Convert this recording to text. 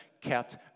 kept